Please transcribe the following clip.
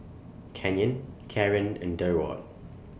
Canyon Kaaren and Durward